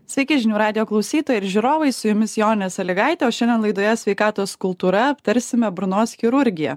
sveiki žinių radijo klausytojai ir žiūrovai su jumis jonė sąlygaitė o šiandien laidoje sveikatos kultūra aptarsime burnos chirurgiją